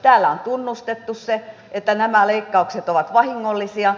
täällä on tunnustettu se että nämä leikkaukset ovat vahingollisia